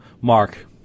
Mark